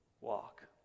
walk